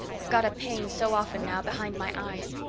i've got a pain so often now behind my eyes.